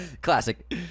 Classic